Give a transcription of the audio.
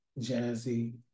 jazzy